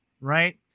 right